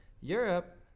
Europe